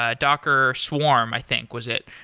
ah docker swarm, i think. was it?